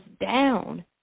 down